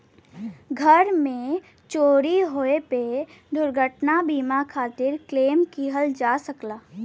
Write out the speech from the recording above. घर में चोरी होये पे दुर्घटना बीमा खातिर क्लेम किहल जा सकला